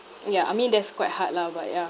ya I mean that's quite hard lah but ya